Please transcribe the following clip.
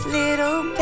little